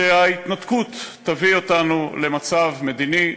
ש"ההתנתקות תביא אותנו למצב מדיני,